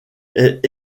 est